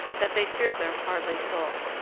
that they fear them hardly at all.